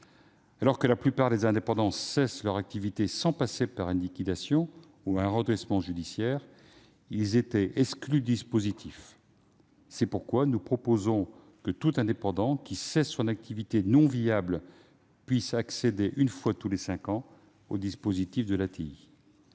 mesure où la plupart des indépendants cessent leur activité sans passer par une liquidation judiciaire ou par un redressement judiciaire, ils étaient exclus du dispositif. C'est pourquoi nous proposons que tout indépendant cessant son activité non viable puisse accéder, une fois tous les cinq ans, au dispositif de l'ATI.